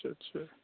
اچھا اچھا